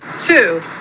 Two